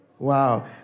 Wow